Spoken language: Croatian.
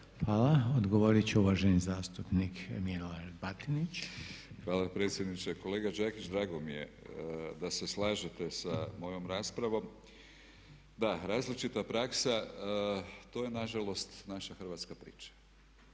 Hvala. Odgovorit će uvaženi zastupnik Milorad Batinić. **Batinić, Milorad (HNS)** Hvala predsjedniče. Kolega Đakić drago mi je da se slažete sa mojom raspravom. Da, različita praksa to je nažalost naša hrvatska priča.